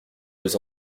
aux